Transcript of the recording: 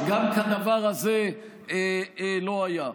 גם כדבר הזה לא היה.